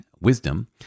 Wisdom